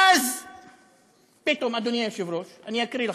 ואז פתאום, אדוני היושב-ראש, אני אקריא לך: